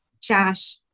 Josh